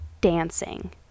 dancing